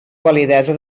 validesa